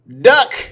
duck